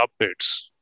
updates